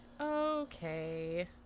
Okay